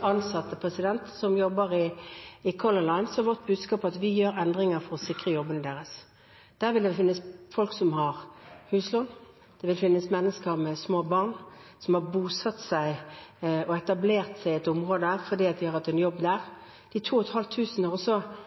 500 som jobber i Color Line, er vårt budskap at vi gjør endringer for å sikre jobbene deres. Der vil det finnes folk som har huslån, og mennesker med små barn, som har bosatt og etablert seg i et område fordi de har hatt en jobb der. De